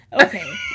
Okay